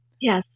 Yes